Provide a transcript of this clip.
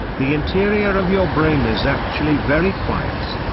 the interior of your brain is actually very quiet.